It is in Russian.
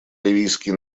ливийский